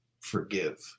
forgive